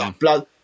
blood